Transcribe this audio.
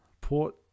Port